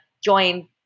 join